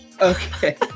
okay